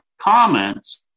comments